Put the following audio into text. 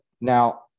Now